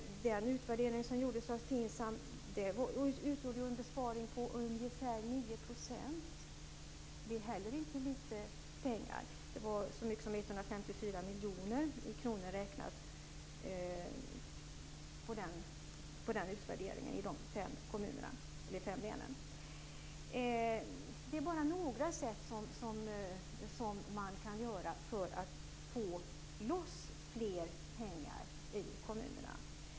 Den utvärdering som gjordes av FINSAM visade ju en besparing på ungefär 9 %. Det är inte litet pengar. Utvärderingen i de fem länen visar att besparingen i kronor räknad var så stor som 154 miljoner kronor. Det är bara några exempel på hur man kan göra för att få loss mer pengar i kommunerna.